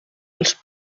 els